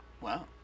Wow